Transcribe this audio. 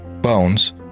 bones